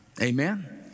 Amen